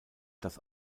das